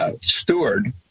steward